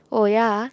oh ya